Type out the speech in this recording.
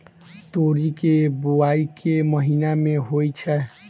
तोरी केँ बोवाई केँ महीना मे होइ छैय?